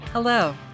Hello